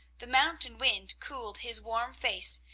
the mountain wind cooled his warm face,